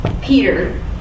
Peter